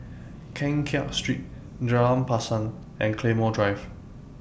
Keng Kiat Street Jalan and Claymore Drive